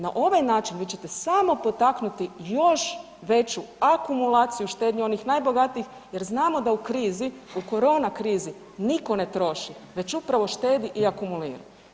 Na ovaj način vi ćete samo potaknuti još veću akumulaciju štednje onih najbogatijih jer znamo da u krizi u korona krizi niko ne troši već upravo štedi i akumulira.